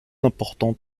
important